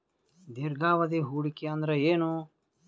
ದೀರ್ಘಾವಧಿ ಹೂಡಿಕೆ ಅಂದ್ರ ಏನು?